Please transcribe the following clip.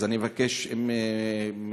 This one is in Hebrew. אז אני מבקש מכבודך,